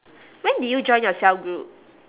when did you join your cell group